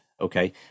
okay